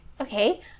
Okay